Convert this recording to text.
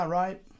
right